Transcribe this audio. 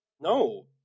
no